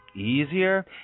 easier